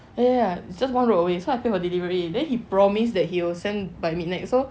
ya ya just one road away so I paid for delivery then he promise that he'll sent by midnight so